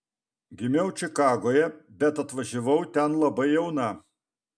gimiau čikagoje bet atvažiavau ten labai jauna